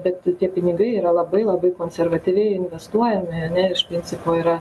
bet tie pinigai yra labai labai konservatyviai investuojami ane iš principo yra